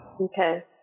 Okay